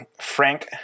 Frank